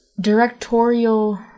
directorial